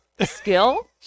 Skill